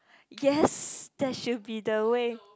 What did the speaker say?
yes there should be the way